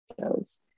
shows